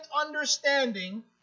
understanding